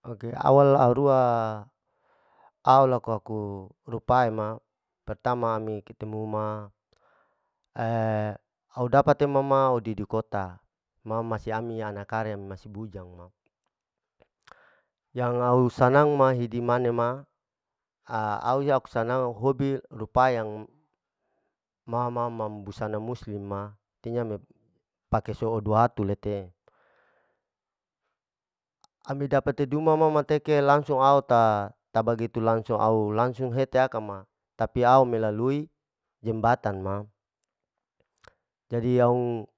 Oke awal arua au aku laku rupae ma, pertama mi ketemu ma au dapat te ma ma au didikota, ma ma si ami ana kare masi bujang ma, yang au sana ma hidi mane ma au aku sanang hobi rupae yang ma ma mam busana muslim ma, artinya me-m pake sohudu hatu lete, ami dapat teduma ma mateke langsung au ta bagitu langsung au, langsung hete hakama, tapi au melalui jembatan ma, jadi aung